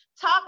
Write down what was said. talk